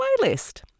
playlist